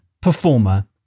performer